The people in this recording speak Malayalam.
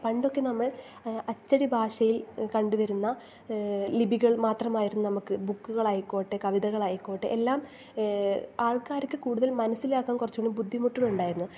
പണ്ടൊക്കെ നമ്മൾ അച്ചടി ഭാഷയിൽ കണ്ടു വരുന്ന ലിപികൾ മാത്രം ആയിരുന്നു നമുക്ക് ബുക്കുകളായിക്കോട്ടെ കവിതകൾ ആയിക്കോട്ടെ എല്ലാം ആൾക്കാർക്ക് കൂടുതൽ മനസ്സിലാക്കാൻ കുറച്ചും കൂടി ബുദ്ധിമുട്ടുകൾ ഉണ്ടായിരുന്നു